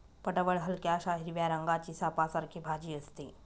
पडवळ हलक्याशा हिरव्या रंगाची सापासारखी भाजी असते